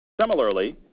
Similarly